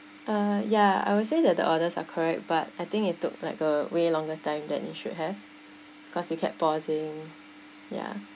uh ya I would say that the orders are correct but I think it took like a way longer time that it should have cause you kept pausing ya